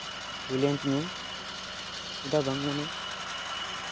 ᱦᱩᱭ ᱞᱮᱱ ᱛᱤᱧᱟᱹ ᱱᱮᱛᱟᱨ ᱵᱟᱝ ᱢᱟᱱᱮ